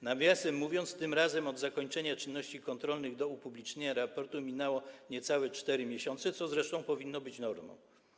Nawiasem mówiąc, tym razem od zakończenia czynności kontrolnych do upublicznienia raportu minęły niecałe 4 miesiące, co zresztą powinno być normą.